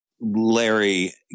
Larry